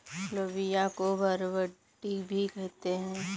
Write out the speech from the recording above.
लोबिया को बरबट्टी भी कहते हैं